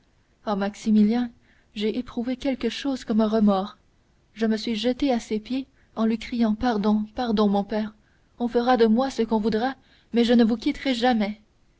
ah maximilien j'ai éprouvé quelque chose comme un remords je me suis jetée à ses pieds en lui criant pardon pardon mon père on fera de moi ce qu'on voudra mais je ne vous quitterai jamais